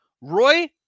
Roy